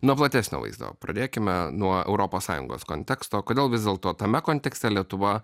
nuo platesnio vaizdo pradėkime nuo europos sąjungos konteksto kodėl vis dėlto tame kontekste lietuva